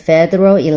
Federal